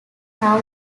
now